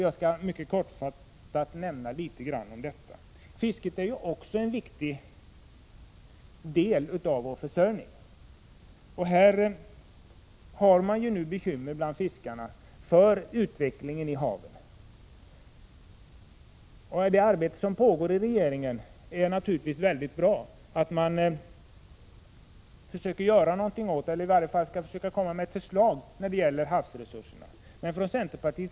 Jag skall mycket kortfattat nämna något om dessa frågor. Fisket är också en viktig del av vår försörjning. Fiskarna har nu bekymmer för utvecklingen i haven. Det arbete som pågår i regeringen är naturligtvis mycket bra — man strävar efter att lägga fram förslag när det gäller havsresurserna.